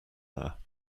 there